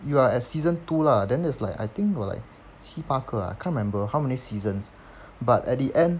you are at season two lah then there's like I think got like 七八个 ah can't remember how many seasons but at the end